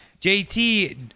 JT